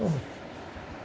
हूं